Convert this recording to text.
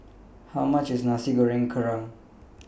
How much IS Nasi Goreng Kerang